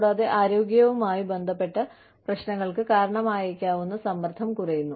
കൂടാതെ ആരോഗ്യവുമായി ബന്ധപ്പെട്ട പ്രശ്നങ്ങൾക്ക് കാരണമായേക്കാവുന്ന സമ്മർദ്ദം കുറയുന്നു